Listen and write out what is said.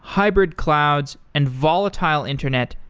hybrid clouds and volatile internet,